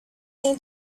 seem